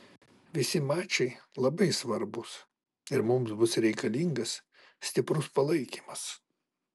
visi mačai labai svarbūs ir mums bus reikalingas stiprus palaikymas